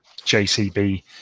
JCB